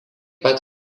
pat